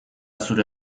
zure